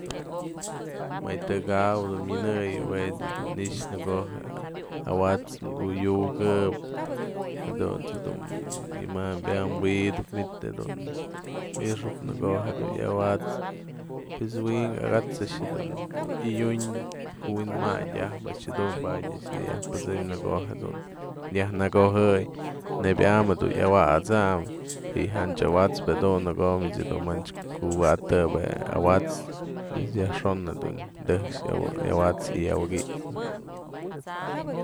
Më yë tëkëkaw dun minëyën jue ech dun i'ixë në ko'o yë awa'ats mkuyu'ukep jadunt's jedun yamambyän wi'idëp manitë jedun i'ixäp në ko'o jedun yawat'snë pues wink aka'ats a'ax iëdiun kuwi'inmanyë ajpë a'ax jedun padyë a'ax jedun pad'sëm në ko'o jedun yaj nëkojëy nebyam jadun iawasanyë y janch awa'ats jedun në ko'omich dun mjanch kuwa'atëp je awa'ats pues yajxon jedun mtejk iawa'ats y iawikit'së.